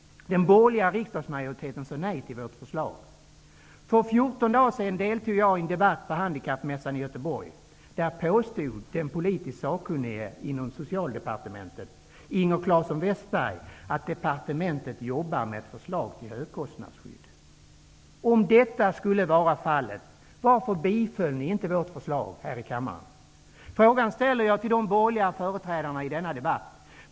Den borgerliga riksdagsmajoriteten sade nej till vårt förslag. För fjorton dagar sedan deltog jag i en debatt på handikappmässan i Göteborg. Där påstod den politiskt sakkunnige inom socialdepartementet Inger Claesson-Wästberg att departementet jobbar med ett förslag till högkostnadsskydd. Om så är fallet, varför biföll ni inte vårt förslag här i kammaren? Frågan ställer jag till de borgerliga företrädarna i denna debatt.